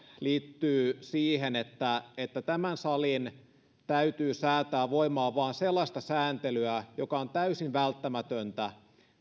liittyy siihen että että tämän salin täytyy säätää voimaan vain sellaista sääntelyä joka on täysin välttämätöntä